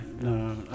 No